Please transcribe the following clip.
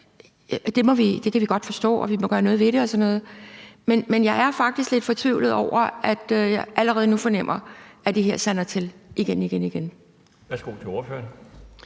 godt kan forstå det, og at man må gøre noget ved det, men jeg er faktisk lidt fortvivlet over, at jeg allerede nu fornemmer, at det her igen igen